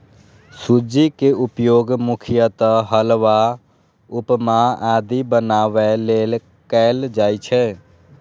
सूजी के उपयोग मुख्यतः हलवा, उपमा आदि बनाबै लेल कैल जाइ छै